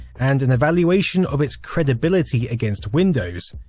and an evaluation of its credibility against windows.